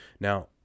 Now